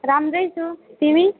राम्रै छु तिमी